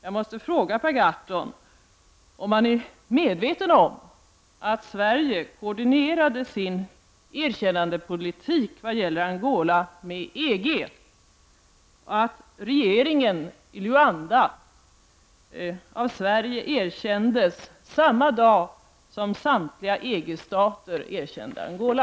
Jag måste fråga Per Gahrton om han är medveten om att Sverige koordinerade sin erkännandepolitik vad gäller Angola med EG och att regeringen i Luanda erkändes av Sverige samma dag som samtliga EG-stater erkände Angola.